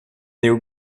néo